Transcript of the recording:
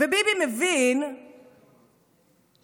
וביבי מבין שכרגע